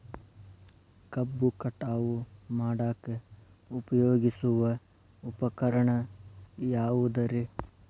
ಕಬ್ಬು ಕಟಾವು ಮಾಡಾಕ ಉಪಯೋಗಿಸುವ ಉಪಕರಣ ಯಾವುದರೇ?